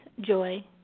joy